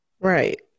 Right